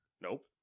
Nope